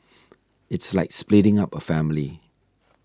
it's like splitting up a family